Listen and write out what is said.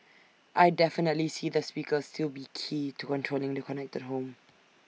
I definitely see the speakers still be key to controlling the connected home